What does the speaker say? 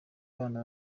abana